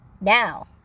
Now